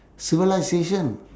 civilisation